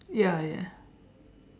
ya ya